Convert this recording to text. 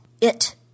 It